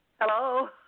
Hello